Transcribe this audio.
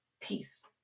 peace